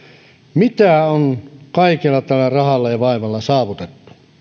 mitä on kaikella tällä rahalla ja vaivalla saavutettu